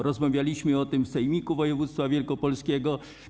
Rozmawialiśmy o tym w Sejmiku Województwa Wielkopolskiego.